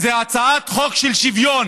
היא הצעת חוק של שוויון,